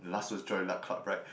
the last was joy luck club right